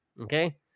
Okay